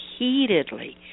repeatedly